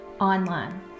online